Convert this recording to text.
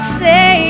say